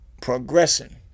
progressing